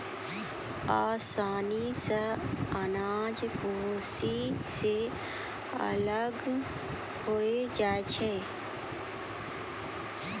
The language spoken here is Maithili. ओसौनी सें अनाज भूसी सें अलग होय जाय छै